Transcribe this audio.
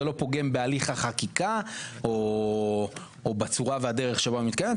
זה לא פוגם בהליך החקיקה או בצורה והדרך שבה היא מתקיימת,